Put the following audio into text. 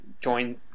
join